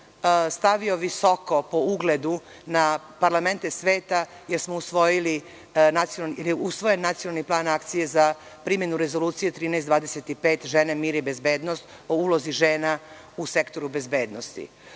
stavio visoko po ugledu na parlamente sveta, jer je usvojen Nacionalni plan akcije za primenu Rezolucije 1325 „Žene, mir i bezbednost“ o ulozi žena u sektoru bezbednosti.